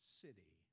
city